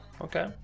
okay